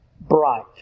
bright